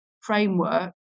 framework